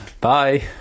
Bye